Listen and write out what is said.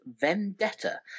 Vendetta